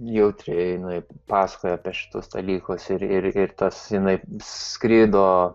jautriai jinai pasakoja apie šituos dalykus ir ir tas jinai skrido